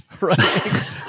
right